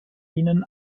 ihnen